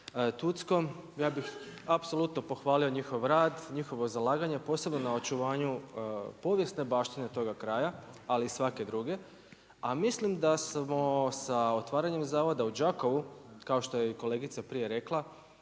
ja bih apsolutno pohvalio njihov rad, njihovo zalaganje, posebno na očuvanju povijesne baštine toga kraja ali i svake druge, a mislim da smo sa otvaranjem u Đakovu, kao što je i kolegica prije rekla,